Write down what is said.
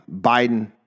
Biden